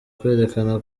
kwerekana